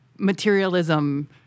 materialism